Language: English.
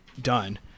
done